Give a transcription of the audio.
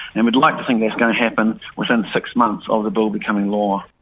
and we'd like to think that's going to happen within six months of the bill becoming law.